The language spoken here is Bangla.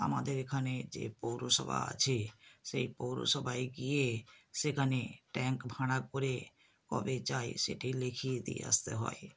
আমাদের এখানে যে পৌরসভা আছে সেই পৌরসভায় গিয়ে সেখানে ট্যাঙ্ক ভাড়া করে কবে চায় সেটি লিখিয়ে দিয়ে আসতে হয়